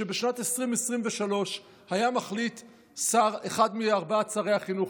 שבשנת 2023 היה מחליט שר אחד מארבעת שרי החינוך,